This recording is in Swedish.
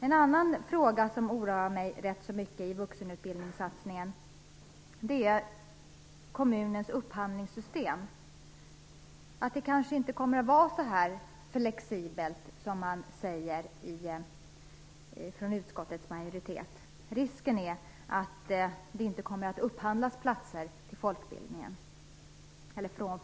En annan fråga i vuxenutbildningssatsningen som oroar mig ganska mycket är kommunens upphandlingssystem. Det kommer kanske inte att vara så flexibelt som majoriteten i utskottet säger. Risken är att det inte kommer att upphandlas platser från folkbildningen.